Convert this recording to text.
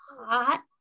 hot